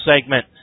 segment